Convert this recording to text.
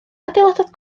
adeiladodd